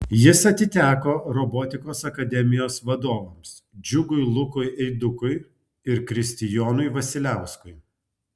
jis atiteko robotikos akademijos vadovams džiugui lukui eidukui ir kristijonui vasiliauskui